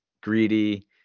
greedy